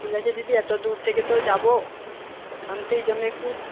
ঠিক আছে দিদি এত দূর থেকে তো যাব আনতে ওই জন্য একটু